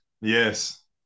Yes